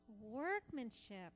workmanship